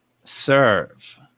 serve